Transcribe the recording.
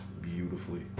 beautifully